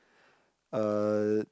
uh